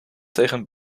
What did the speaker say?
tegen